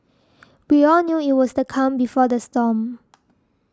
we all knew that it was the calm before the storm